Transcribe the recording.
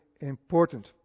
important